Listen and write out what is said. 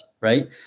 right